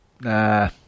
nah